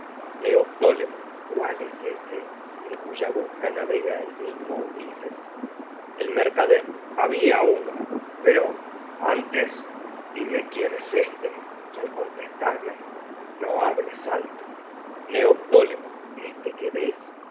ulises cuál es ese en cuya busca navega el mercader había uno pero antes dime quién es éste y al contestarme no hables alto ves es neoptólemo este que el